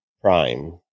Prime